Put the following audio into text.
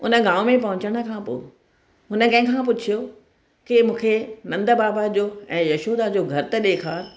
उन गांव में पहुचण खां पोइ हुन कंहिंखां पुछियो कि मूंखे नंद बाबा जो ऐं यशोदा जो घरु त ॾेखारु